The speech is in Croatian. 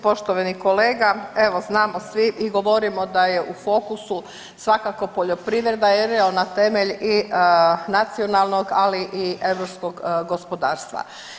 Poštovani kolega, evo znamo svi i govorimo da je u fokusu svakako poljoprivreda jer je ona temelj i nacionalnog ali i europskog gospodarstva.